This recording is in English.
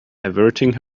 averting